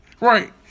Right